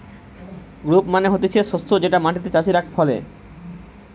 crop মানে হতিছে শস্য যেটা মাটিতে চাষীরা ফলে